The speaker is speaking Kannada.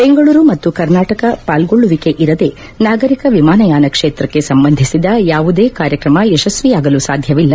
ಬೆಂಗಳೂರು ಮತ್ತು ಕರ್ನಾಟಕ ಪಾಲ್ಗೊಳ್ಳುವಿಕೆ ಇರದೆ ನಾಗರಿಕ ವಿಮಾನಯಾನ ಕ್ಷೇತ್ರಕ್ಕೆ ಸಂಬಂಧಿಸಿದ ಯಾವುದೇ ಕಾರ್ಯಕ್ರಮ ಯಶಸ್ವಿಯಾಗಲು ಸಾಧ್ಯವಿಲ್ಲ